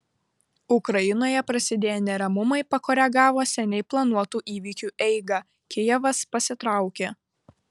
ukrainoje prasidėję neramumai pakoregavo seniai planuotų įvykiu eigą kijevas pasitraukė